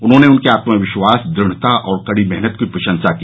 उन्होंने उनके आत्मविश्वास दृढ़ता और कड़ी मेहनत की प्रशंसा की